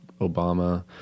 Obama